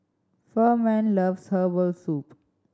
Furman loves herbal soup